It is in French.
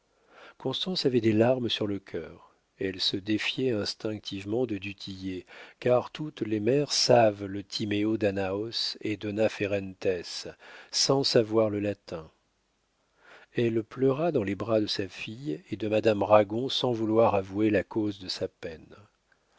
constance avait des larmes sur le cœur elle se défiait instinctivement de du tillet car toutes les mères savent le timeo danaos et dona ferentes sans savoir le latin elle pleura dans les bras de sa fille et de madame ragon sans vouloir avouer la cause de sa peine